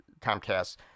Comcast